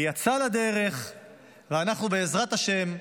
היא יצאה לדרך ואנחנו, בעזרת השם,